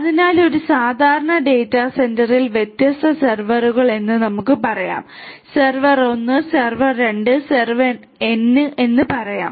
അതിനാൽ ഒരു സാധാരണ ഡാറ്റാ സെന്ററിൽ വ്യത്യസ്ത സെർവറുകൾ എന്ന് നമുക്ക് പറയാം സെർവർ 1 സെർവർ 2 സെർവർ n എന്ന് പറയാം